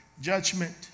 judgment